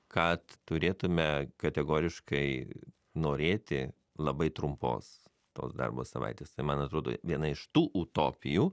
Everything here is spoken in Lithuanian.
kad turėtume kategoriškai norėti labai trumpos tos darbo savaitės tai man atrodo viena iš tų utopijų